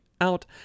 out